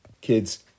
Kids